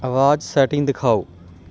ਆਵਾਜ਼ ਸੈਟਿੰਗ ਦਿਖਾਓ